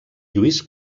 lluís